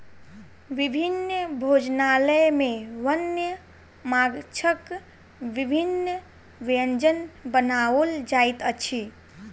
विभिन्न भोजनालय में वन्य माँछक विभिन्न व्यंजन बनाओल जाइत अछि